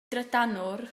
drydanwr